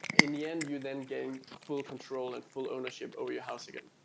in the end you then gain full control and full ownership over your house again.